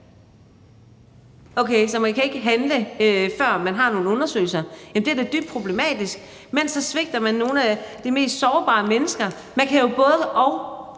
Okay, så man kan ikke handle, før man har nogle undersøgelser. Det er da dybt problematisk, for imens svigter man nogle af de mest sårbare mennesker. Man kan jo gøre både-og.